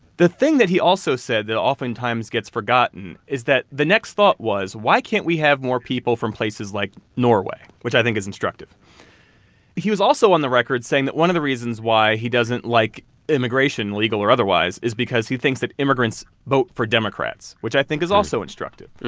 the thing that he also said that oftentimes gets forgotten is that the next thought was, why can't we have more people from places like norway? which i think is instructive he was also on the record saying that one of the reasons why he doesn't like immigration, legal or otherwise, is because he thinks that immigrants vote for democrats, which i think is also instructive.